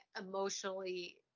emotionally